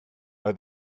are